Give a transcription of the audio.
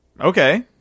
okay